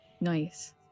Nice